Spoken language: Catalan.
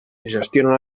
gestiona